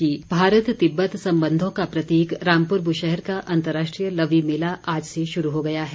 लवी मेला भारत तिब्बत संबंधों का प्रतीक रामपुर बुशहर का अंतर्राष्ट्रीय लवी मेला आज से शुरू हो गया है